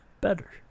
better